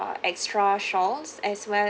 extra shawls as well